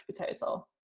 potato